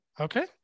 okay